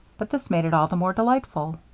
but this made it all the more delightful.